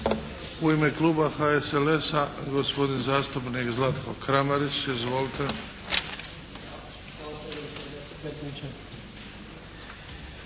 U ime kluba HSLS-a, gospodin zastupnik Zlatko Kramarić. Izvolite.